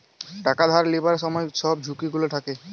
টাকা ধার লিবার ছময় ছব ঝুঁকি গুলা থ্যাকে